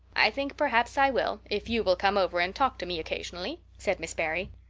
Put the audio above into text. i think perhaps i will if you will come over and talk to me occasionally, said miss barry.